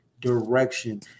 direction